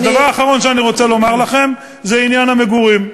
אז הדבר האחרון שאני רוצה לומר לכם זה עניין המגורים.